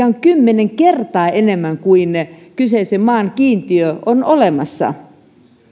on kymmenen kertaa enemmän kuin kyseisen maan kiintiö on olemassa